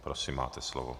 Prosím, máte slovo.